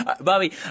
Bobby